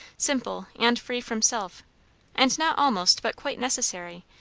simple, and free from self and not almost but quite necessary,